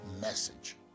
message